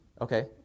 okay